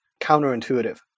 counterintuitive